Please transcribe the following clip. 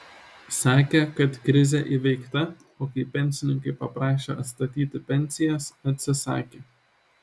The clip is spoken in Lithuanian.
sakė kad krizė įveikta o kai pensininkai paprašė atstatyti pensijas atsisakė